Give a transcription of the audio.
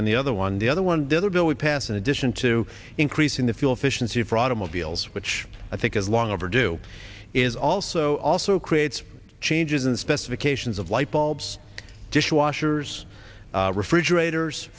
one the other one the other bill we passed in addition to increasing the fuel efficiency for automobiles which i think is long overdue is also also creates changes in specifications of light bulbs dishwashers refrigerators